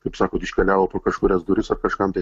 kaip sakot iškeliavo pro kažkurias duris ar kažkam tai